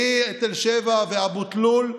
מתל שבע ואבו תלול,